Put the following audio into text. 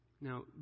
Now